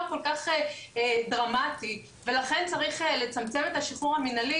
כל כך דרמטי ולכן צריך לצמצם את השחרור המנהלי,